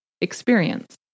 experience